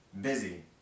busy